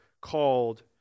called